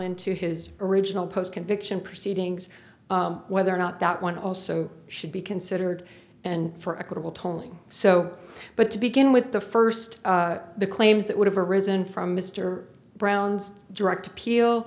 into his original post conviction proceedings whether or not that one also should be considered and for equitable tolling so but to begin with the first the claims that would have arisen from mr brown's direct appeal